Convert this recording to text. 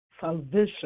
salvation